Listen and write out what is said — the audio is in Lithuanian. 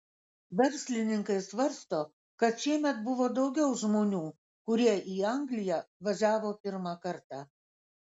verslininkai svarsto kad šiemet buvo daugiau žmonių kurie į angliją važiavo pirmą kartą